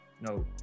no